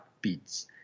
beats